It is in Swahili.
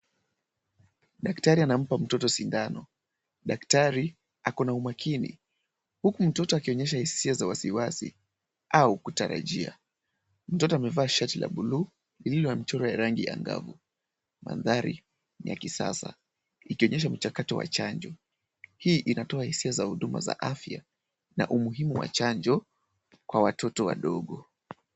Daktari anampa mtoto sindano. Daktari ana umakini huku mtoto akionyesha hisia za wasiwasi au kutarajia. Mtoto amevaa shati la bluu lililo na mchoro wa rangi angavu. Mandhari ya kisasa ikionyesha mchakato wa chanjo. Hii inatoa hisia za huduma za afya na umuhimu wa chanjo kwa watoto wadogo.